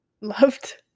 loved